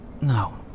No